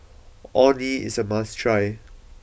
Orh Nee is a must try